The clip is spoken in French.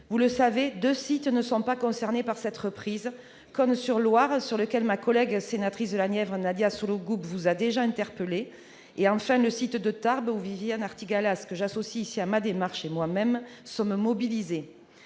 Vous le savez, deux sites ne sont pas concernés par cette reprise, Cosne-sur-Loire, sur lequel ma collègue sénatrice de la Nièvre, Nadia Sollogoub, vous a déjà interpellé, et le site de Tarbes, pour lequel Viviane Artigalas, que j'associe ici à ma démarche, et moi-même sommes mobilisées.